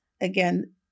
Again